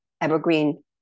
evergreen